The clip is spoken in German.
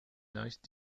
leicht